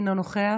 אינו נוכח,